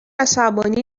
عصبانی